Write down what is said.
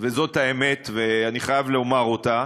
וזאת האמת ואני חייב לומר אותה,